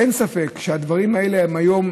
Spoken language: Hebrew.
אין ספק שהדברים האלה היום,